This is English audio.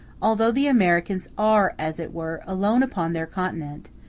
although the americans are, as it were, alone upon their continent,